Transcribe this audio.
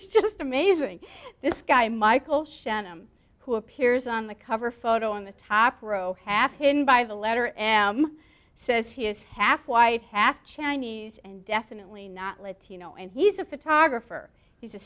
this just amazing this guy michael shannon who appears on the cover photo on the top row kept hidden by the letter am says he is half white half chinese and definitely not latino and he's a photographer he's a